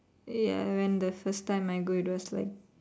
ya when the first time I go it was like